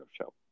show